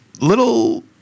little